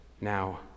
now